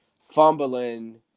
fumbling